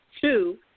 Two